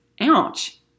ouch